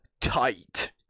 tight